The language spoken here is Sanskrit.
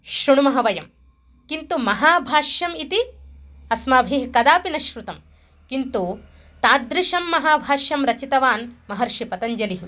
शृणुमः वयं किन्तु महाभाष्यम् इति अस्माभिः कदापि न श्रुतं किन्तु ताद्दृशं महाभाष्यं रचितवान् महर्षिः पतञ्जलिः